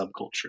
subculture